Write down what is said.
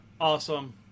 Awesome